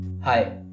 Hi